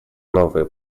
новые